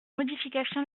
modification